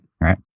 right